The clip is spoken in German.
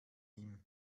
ihm